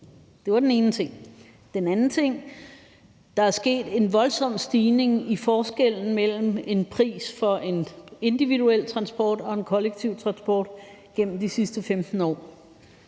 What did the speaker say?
Det var den ene ting. Den anden ting er, at der er sket en voldsom stigning i forskellen mellem en pris for en individuel transport og en kollektiv transport gennem de sidste 15 år.